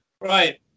Right